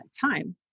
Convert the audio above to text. time